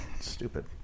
stupid